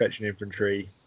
infantry